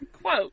Quote